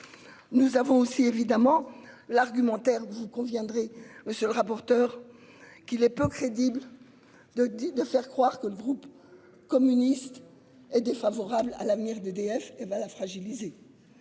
Nous avons aussi évidemment l'argumentaire vous conviendrez monsieur le rapporteur. Qu'il est peu crédible. De dire de faire croire que le groupe communiste est défavorable à l'avenir d'EDF et ben la fragiliser.